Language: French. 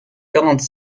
quarante